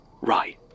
right